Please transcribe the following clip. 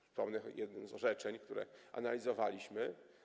Przypomnę jedno z orzeczeń, które analizowaliśmy.